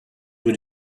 were